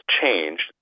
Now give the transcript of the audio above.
changed